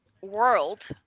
world